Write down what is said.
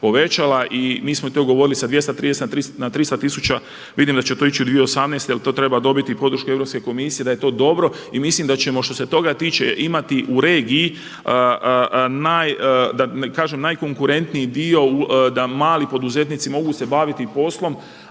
i mi smo i to govorili sa 230 na 300 tisuća vidim da će to ići u 2018. jer to treba dobiti podršku Europske komisije da je to dobro i mislim da ćemo što se toga tiče imati u regiji da kažem najkonkurentniji dio da mali poduzetnici mogu se baviti poslom